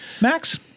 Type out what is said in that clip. Max